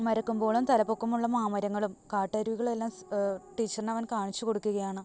മരക്കൊമ്പുകളും തലപ്പൊക്കമുള്ള മാമരങ്ങളും കാട്ടരുവികളെല്ലാം ടീച്ചറിന് അവൻ കാണിച്ചുകൊടുക്കുകയാണ്